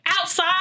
Outside